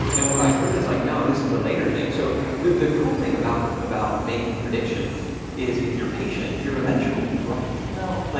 and what i heard is like, no, this is a later thing. so the cool thing about about making predictions is if you're patient, you're eventually, right. no, like